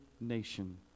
nation